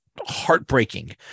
heartbreaking